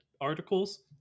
articles